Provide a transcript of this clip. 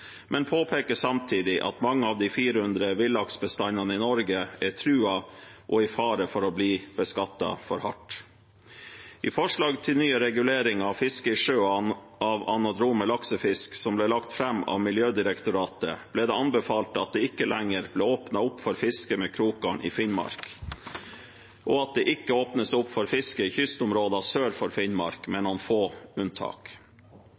men påpeker samtidig at mange av de 400 villaksbestandene i Norge er truet og i fare for å bli beskattet for hardt. I forslag til nye reguleringer av fiske i sjøen av anadrome laksefisk som ble lagt fram av Miljødirektoratet, ble det anbefalt at det ikke lenger ble åpnet opp for fiske med krokgarn i Finnmark, og at det ikke åpnes opp for fiske i kystområdene sør for Finnmark, med noen få unntak.